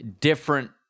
different